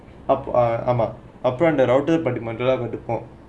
up ஆமா அப்புறம்:aamaa appuram router